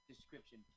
Description